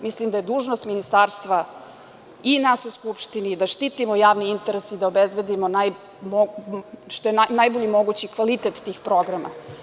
Mislim da je dužnost Ministarstva i nas u Skupštini, da štitimo javni interes i da obezbedimo najbolji mogući kvalitet tih programa.